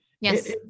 Yes